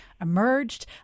emerged